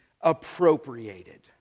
appropriated